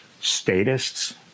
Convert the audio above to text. statists